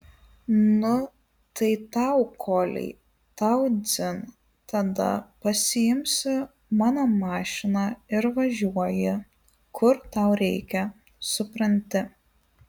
nu tai tau koliai tau dzin tada pasiimsi mano mašiną ir važiuoji kur tau reikia supranti